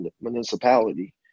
municipality